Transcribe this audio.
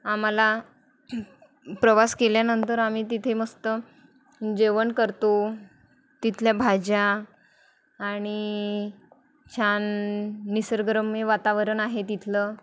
आम्हाला प्रवास केल्यानंतर आम्ही तिथे मस्त जेवण करतो तिथल्या भाज्या आणि छान निसर्गरम्य वातावरण आहे तिथलं